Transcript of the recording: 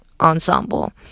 ensemble